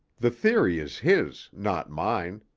the theory is his, not mine.